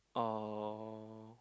or